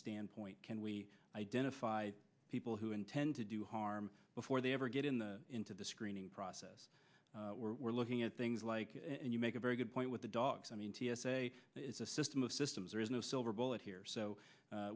standpoint can we identify people who intend to do harm before they ever get in the into the screening process we're looking things like and you make a very good point with the dogs i mean t s a is a system of systems there is no silver bullet here